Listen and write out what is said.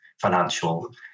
financial